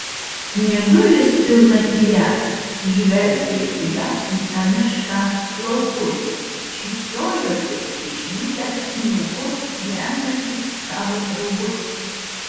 mėnulis pilnatyje žvelgė į apsnigtą mišką laukus šypsojosi išvydęs sniegu brendančius savo draugus